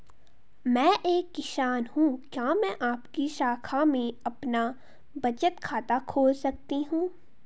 मैं एक किसान हूँ क्या मैं आपकी शाखा में अपना बचत खाता खोल सकती हूँ?